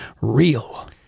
real